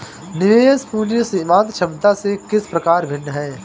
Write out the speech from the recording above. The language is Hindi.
निवेश पूंजी सीमांत क्षमता से किस प्रकार भिन्न है?